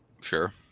Sure